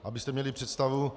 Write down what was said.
Abyste měli představu.